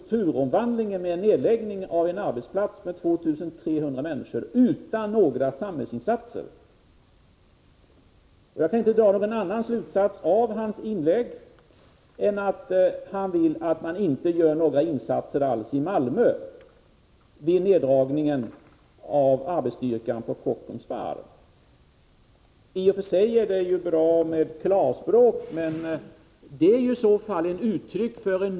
1985/86:103 ning av en arbetsplats med 2 300 människor utan några samhällsinsatser. Jag 1 april 1986 kan inte dra någon annan slutsats av hans inlägg än att han vill att man inte gör några insatser alls i Malmö vid neddragningen av arbetsstyrkan på OM utländska förvärv Kockums Varv. av svenska företag Det är i och för sig bra med klarspråk, men det är i så fall ett uttryck för en .